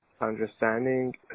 understanding